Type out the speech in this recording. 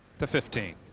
to fifteen.